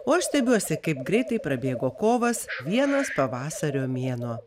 o aš stebiuosi kaip greitai prabėgo kovas vienas pavasario mėnuo